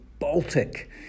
Baltic